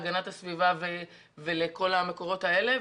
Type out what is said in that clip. להגנת הסביבה ולכל המקורות האלה.